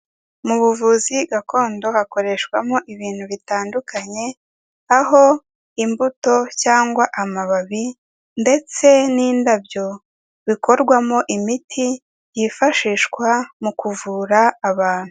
Mu buvuzi gakondo hakoreshwamo ibintu bitandukanye aho imbuto cyangwa amababi ndetse n'indabyo bikorwamo imiti yifashishwa mu kuvura abantu.